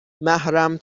محرم